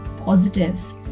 positive